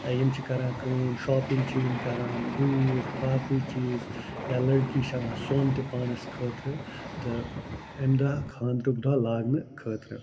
یِم چھِ کران کٲم شاپِنٛگ چھِ یِم کران بوٗٹھ باقٕے چیٖز یا لڑکی چھےٚ اَنان سوٚن تہِ پانَس خٲطرٕ تہٕ اَمہِ دۄہ خانٛدرُک دۄہ لاگنہٕ خٲطرٕ